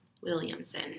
Williamson